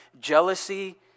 jealousy